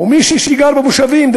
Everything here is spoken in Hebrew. מי שגר במושבים,